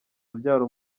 abyara